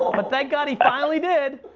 but thank god he finally did!